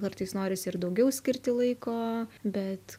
kartais norisi ir daugiau skirti laiko bet